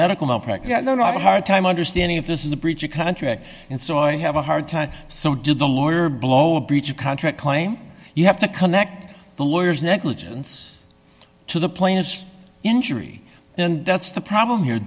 medical malpractise they're not a hard time understanding if this is a breach of contract and so i have a hard time so did the lawyer blow a breach of contract claim you have to connect the lawyers negligence to the plainest injury and that's the problem here